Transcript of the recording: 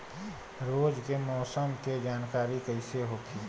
रोज के मौसम के जानकारी कइसे होखि?